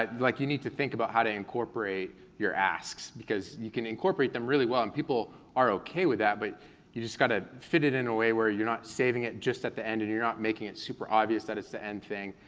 like you need to think about how to incorporate your asks. because you can incorporate them really well, and people are okay with that, but you just gotta fit it in a way where you're not saving it just at the end and you're not making it super obvious that it's an end thing,